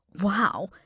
Wow